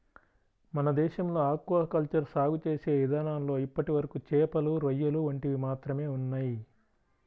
మన దేశంలో aquaculture సాగు చేసే ఇదానాల్లో ఇప్పటివరకు చేపలు, రొయ్యలు వంటివి మాత్రమే ఉన్నయ్